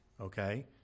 Okay